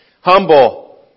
humble